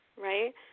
right